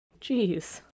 Jeez